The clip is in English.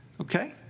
okay